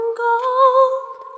gold